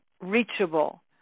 reachable